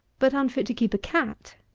but unfit to keep a cat.